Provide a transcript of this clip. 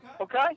Okay